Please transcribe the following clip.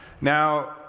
now